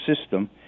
system